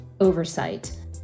oversight